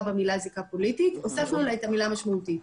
במילה זיקה פוליטית והוספנו לה את המילה משמעותית.